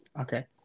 Okay